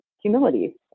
humility